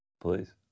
Please